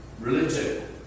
religion